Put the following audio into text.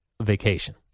vacation